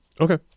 Okay